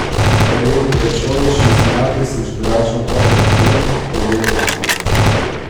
tai jau trečioji šiais metais išgražinta erdvė pelėdnagiuose